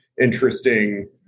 interesting